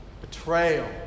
betrayal